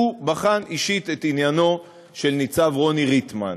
בחן אישית את עניינו של ניצב רוני ריטמן.